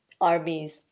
armies